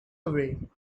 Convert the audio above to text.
away